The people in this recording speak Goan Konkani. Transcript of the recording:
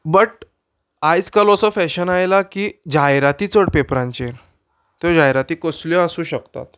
बट आयज काल असो फॅशन आयला की जायराती चड पेपरांचेर त्यो जायराती कसल्यो आसूं शकतात